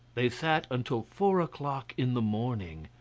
they sat until four o'clock in the morning.